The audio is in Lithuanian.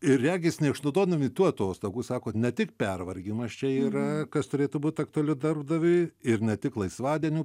ir regis neišnaudodami tų atostogų sako ne tik pervargimas čia yra kas turėtų būt aktualiu darbdaviui ir ne tik laisvadienių